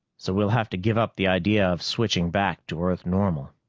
so we'll have to give up the idea of switching back to earth-normal.